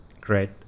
Great